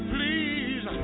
Please